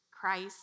Christ